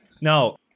No